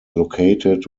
located